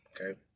okay